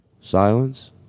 silence